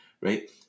right